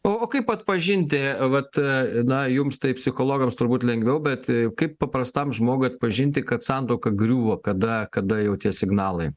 o kaip atpažinti vat na jums tai psichologams turbūt lengviau bet kaip paprastam žmogui atpažinti kad santuoka griūva kada kada jau tie signalai